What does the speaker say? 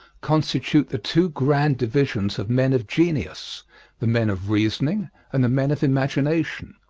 constitute the two grand divisions of men of genius the men of reasoning and the men of imagination.